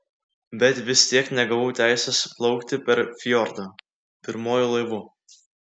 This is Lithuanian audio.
bet vis tiek negavau teisės plaukti per fjordą pirmuoju laivu